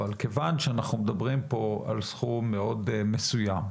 אבל כיוון שאנחנו מדברים פה על סכום מאוד מסוים,